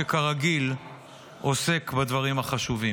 שכרגיל עוסק בדברים החשובים.